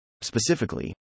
Specifically